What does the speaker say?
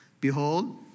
Behold